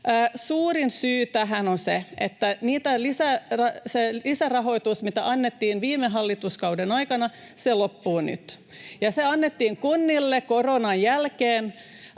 Suurin syy tähän on se, että se lisärahoitus, mitä annettiin viime hallituskauden aikana, loppuu nyt. Se annettiin kunnille koronan jälkeen